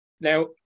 Now